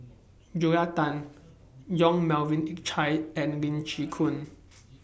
Julia Tan Yong Melvin Yik Chye and Lee Chin Koon